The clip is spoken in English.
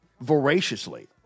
voraciously